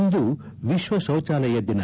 ಇಂದು ವಿಶ್ವ ಶೌಚಾಲಯ ದಿನ